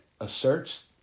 asserts